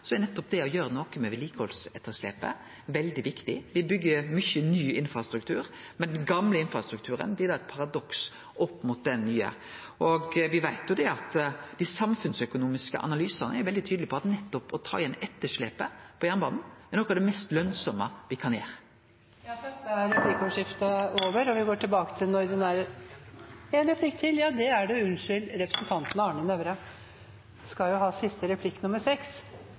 det å gjere noko med vedlikehaldsetterslepet er veldig viktig. Me byggjer mykje ny infrastruktur, men den gamle infrastrukturen blir eit paradoks opp mot den nye. Og me veit at dei samfunnsøkonomiske analysane er veldig tydelege på at nettopp det å ta igjen etterslepet på jernbanen, er noko av det mest lønsame me kan gjere. Nå holdt jeg på å spørre statsråden om det samme – når skal vi få to tog i timen til Kongsberg – men det skal jeg ikke spørre om. Derimot skal